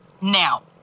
Now